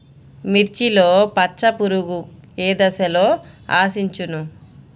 మిర్చిలో పచ్చ పురుగు ఏ దశలో ఆశించును?